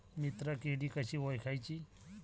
मित्र किडी कशी ओळखाची?